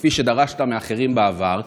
וכפי שדרשת מאחרים בעבר,